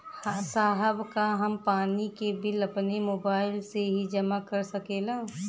साहब का हम पानी के बिल अपने मोबाइल से ही जमा कर सकेला?